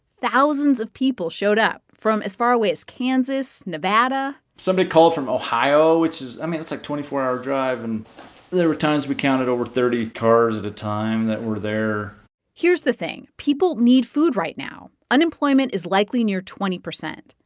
thousands of people showed up from as far away as kansas, nevada somebody called from ohio, which is i mean, that's, like, twenty four hour drive. and there were times we counted over thirty cars at a time that were there here's the thing. people need food right now. unemployment is likely near twenty percent.